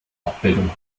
abbildung